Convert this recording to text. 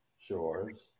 shores